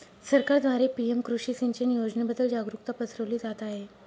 सरकारद्वारे पी.एम कृषी सिंचन योजनेबद्दल जागरुकता पसरवली जात आहे